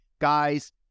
guys